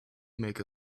make